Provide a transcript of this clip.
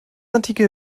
antike